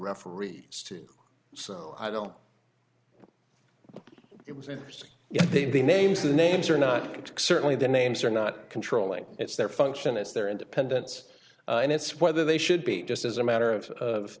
referees so i don't it was interesting the names the names are not certainly the names are not controlling it's their function it's their independence and it's whether they should be just as a matter of